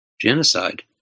genocide